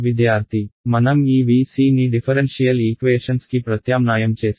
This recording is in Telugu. విద్యార్థి మనం ఈ VC ని డిఫరెన్షియల్ ఈక్వేషన్స్ కి ప్రత్యామ్నాయం చేస్తే